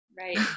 right